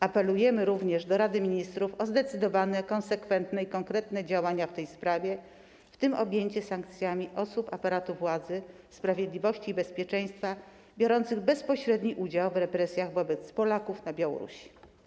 Apelujemy również do Rady Ministrów o zdecydowane, konsekwentne i konkretne działania w tej sprawie, w tym objęcie sankcjami osób aparatu władzy, sprawiedliwości i bezpieczeństwa biorących bezpośredni udział w represjach wobec Polaków na Białorusi”